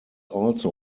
also